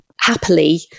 happily